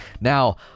now